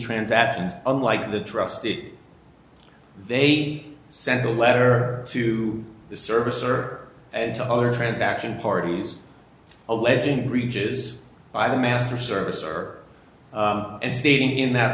transactions unlike the trusted they ate sent a letter to the service or and to other transaction parties alleging reaches by the master service or and stating in that